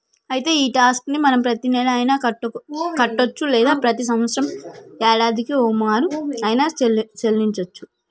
అయితే ఈ టాక్స్ ని మనం ప్రతీనెల అయిన కట్టొచ్చు లేదా ప్రతి సంవత్సరం యాడాదికి ఓమారు ఆయిన సెల్లించోచ్చు